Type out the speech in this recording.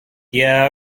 yeah